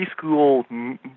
preschool